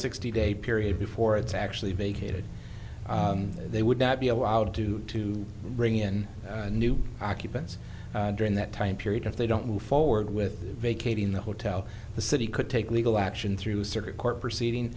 sixty day period for its actually vacated they would not be allowed to to bring in new occupants during that time period if they don't move forward with vacating the hotel the city could take legal action through a circuit court proceeding